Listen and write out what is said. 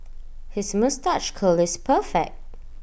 his moustache curl is perfect